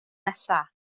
nesa